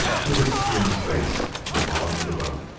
with his skinned face, in the bottom of the boat.